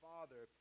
Father